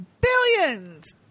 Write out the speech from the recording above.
billions